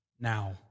now